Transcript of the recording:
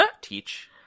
Teach